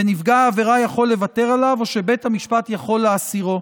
ונפגע העבירה יכול לוותר עליו או שבית המשפט יכול להסירו.